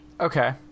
Okay